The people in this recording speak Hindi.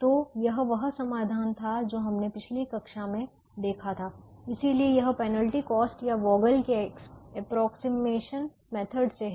तो यह वह समाधान था जो हमने पिछली कक्षा में देखा था इसलिए यह पेनल्टी कॉस्ट या वोगल के एप्रोक्सीमेशन मेथड से है